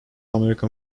american